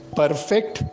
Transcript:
perfect